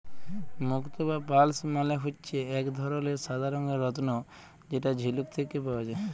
মুক্ত বা পার্লস মালে হচ্যে এক ধরলের সাদা রঙের রত্ন যেটা ঝিলুক থেক্যে পাওয়া যায়